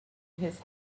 his